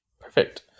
Perfect